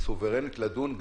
היא סוברנית לדון,